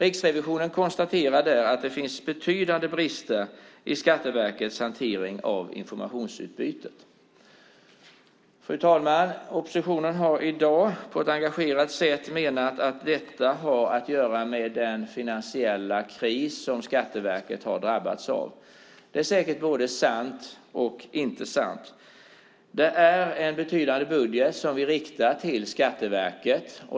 Riksrevisionen konstaterar att det finns betydande brister i Skatteverkets hantering av informationsutbytet. Fru talman! Oppositionen har i dag på ett engagerat sätt menat att detta har att göra med den finansiella kris som Skatteverket har drabbats av. Det är säkert både sant och inte sant. Det är en betydande budget som vi riktar till Skatteverket.